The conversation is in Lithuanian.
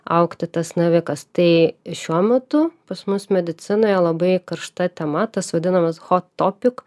augti tas navikas tai šiuo metu pas mus medicinoje labai karšta tema tas vadinamas hot topik